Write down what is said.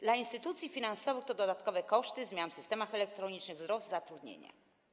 Dla instytucji finansowych to dodatkowe koszty zmian w systemach elektronicznych oraz wzrost zatrudnienia.